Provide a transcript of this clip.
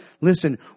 listen